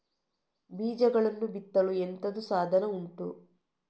ಬೀಜಗಳನ್ನು ಬಿತ್ತಲು ಎಂತದು ಸಾಧನ ಉಂಟು?